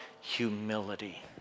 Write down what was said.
humility